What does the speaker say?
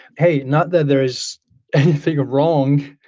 hey, not that there's anything wrong